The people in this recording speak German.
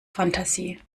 fantasie